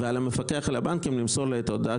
"ועל המפקח על הבנקים למסור לו את ההודעה